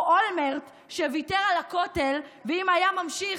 או אולמרט, שוויתר על הכותל, ואם היה ממשיך,